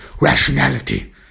rationality